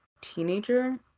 teenager